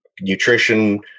nutrition